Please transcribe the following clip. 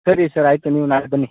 ಸರಿ ಸರ್ ಆಯಿತು ನೀವು ನಾಳೆ ಬನ್ನಿ